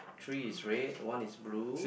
three is red one is blue